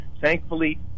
Thankfully